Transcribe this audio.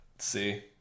see